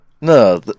No